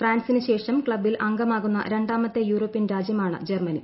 ഫ്രാൻസിന് ശേഷം ക്ലബിൽ അംഗമാകുന്ന രണ്ടാമത്തെ യൂറോപ്യൻ രാജ്യമാണ് ജർമ്മനി